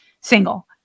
single